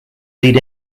lead